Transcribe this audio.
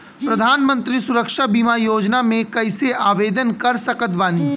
प्रधानमंत्री सुरक्षा बीमा योजना मे कैसे आवेदन कर सकत बानी?